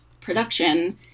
production